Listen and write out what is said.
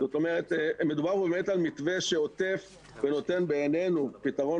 מדובר על מתווה שעוטף ולדעתנו נותן פתרון